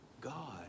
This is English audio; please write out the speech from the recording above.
God